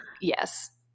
yes